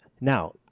Now